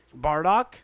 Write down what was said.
Bardock